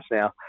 now